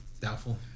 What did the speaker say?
Doubtful